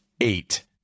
Eight